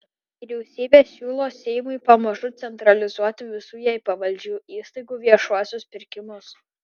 vyriausybė siūlo seimui pamažu centralizuoti visų jai pavaldžių įstaigų viešuosius pirkimus